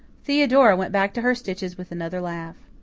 theodora went back to her stitches with another laugh.